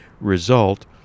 result